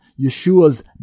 Yeshua's